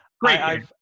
Great